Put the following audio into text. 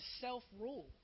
self-rule